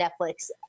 Netflix